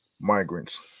migrants